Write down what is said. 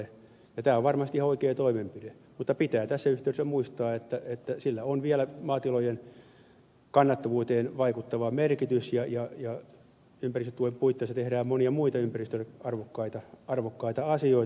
tämä on varmasti ihan oikea toimenpide mutta pitää tässä yhteydessä muistaa että sillä on vielä maatilojen kannattavuuteen vaikuttava merkitys ja ympäristötuen puitteissa tehdään monia muita ympäristölle arvokkaita asioita